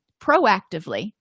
proactively